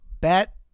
bet